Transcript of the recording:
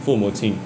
父母亲:fu mu qinng